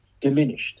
diminished